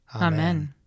Amen